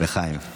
לחיים.